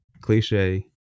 cliche